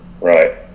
Right